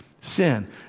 sin